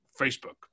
Facebook